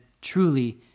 Truly